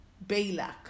Balak